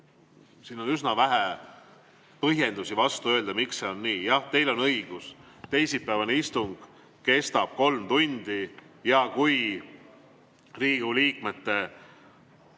Siin on üsna vähe põhjendusi öelda, miks see on nii. Jah, teil on õigus. Teisipäevane istung kestab kolm tundi ja kui Riigikogu liikmete